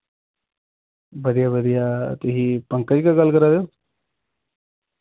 बधिया बधिया तुसी पंकज गै गल्ल करा दे ओ